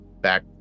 back